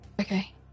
Okay